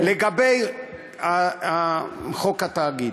תראו, לגבי חוק התאגיד,